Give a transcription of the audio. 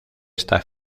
esta